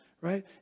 right